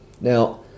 now